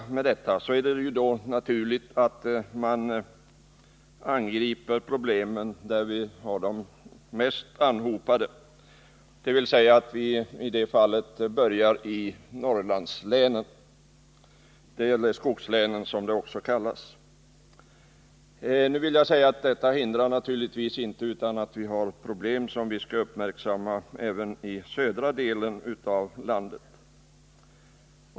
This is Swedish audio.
Det är naturligt att ta itu med problemen på de orter där anhopningen av dem är störst, dvs. i Norrlandslänen eller skogslänen, som de också kallas. Självfallet finns det också betydande problem att uppmärksamma i de södra delarna av landet.